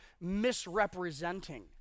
misrepresenting